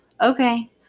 Okay